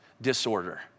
disorder